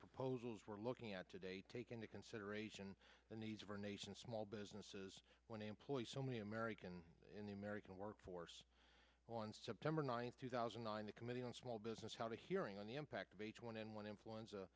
proposals we're looking at today take into consideration the needs of our nation small businesses when they employ so many americans in the american workforce on september ninth two thousand and nine the committee on small business how to hearing on the impact of h one n one influenza